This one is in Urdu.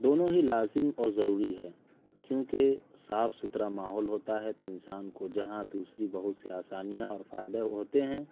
دونوں ہی لازم اور ضروری ہے کیوں کہ صاف ستھرا ماحول ہوتا ہے تو انسان کو جہاں دوسری بہت سی آسانیاں اور فائدے ہوتے ہیں